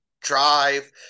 drive